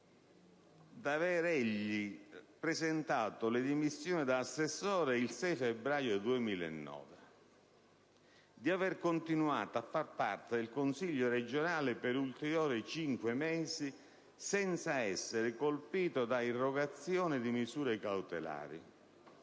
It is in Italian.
d'aver egli presentato le dimissioni da assessore il 6 febbraio 2009, di aver continuato a far parte del Consiglio regionale per ulteriori cinque mesi, senza essere colpito da irrogazione di misure cautelari